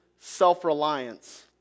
self-reliance